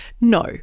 no